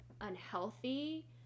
unhealthy